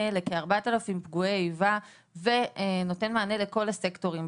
לכ-4,000 נפגעי פעולות איבה ונותן מענה לכל הסקטורים,